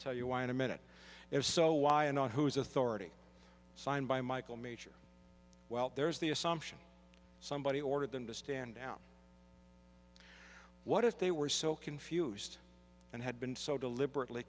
tell you why in a minute if so why and on whose authority signed by michael meacher well there's the assumption somebody ordered them to stand now what if they were so confused and had been so deliberately